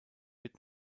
wird